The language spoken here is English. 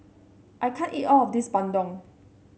I can't eat all of this Bandung